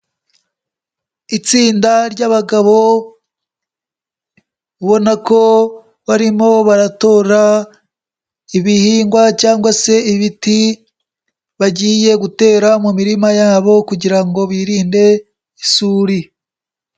Itsinda ry'abagabo ubo ko barimo baratora ibihingwa cyagwa se ibiti bagiye gutera, mu mirima yabo kugira ngo birinde isuri.